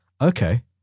Okay